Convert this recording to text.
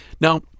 Now